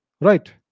Right